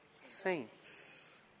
saints